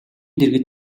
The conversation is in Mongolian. дэргэд